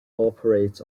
operates